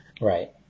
Right